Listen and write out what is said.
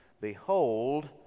behold